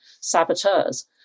saboteurs